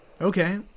Okay